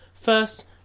First